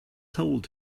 told